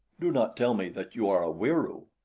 do not tell me that you are a wieroo.